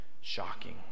shocking